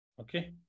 Okay